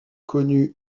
connu